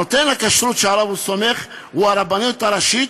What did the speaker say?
נותן הכשרות שעליו הוא סומך הוא הרבנות הראשית,